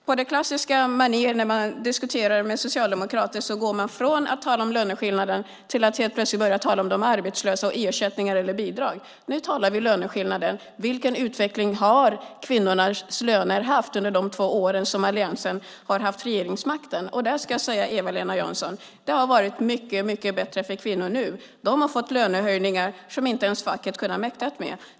På klassiskt manér, när man diskuterar med socialdemokrater, går man från att tala om löneskillnader till att börja tala om de arbetslösa och ersättningar eller bidrag. Nu talar vi löneskillnader. Vilken utveckling har kvinnors löner haft under de två år som alliansen har haft regeringsmakten? Jag ska säga Eva-Lena Jansson att det har varit mycket bättre för kvinnor nu. De har fått lönehöjningar som inte ens facket har mäktat med.